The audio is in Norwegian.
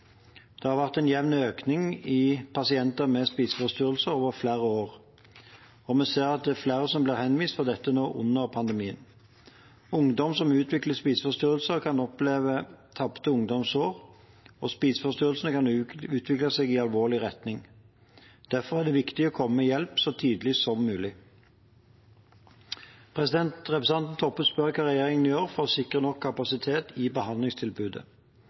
Det har vært en jevn økning i pasienter med spiseforstyrrelser over flere år, og vi ser at det er flere som blir henvist for dette nå under pandemien. Ungdom som utvikler spiseforstyrrelser, kan oppleve tapte ungdomsår, og spiseforstyrrelsene kan utvikle seg i alvorlig retning. Derfor er det viktig å komme med hjelp så tidlig som mulig. Representanten Toppe spør hva regjeringen gjør for å sikre nok kapasitet i behandlingstilbudet.